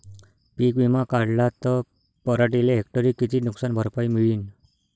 पीक विमा काढला त पराटीले हेक्टरी किती नुकसान भरपाई मिळीनं?